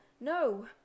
No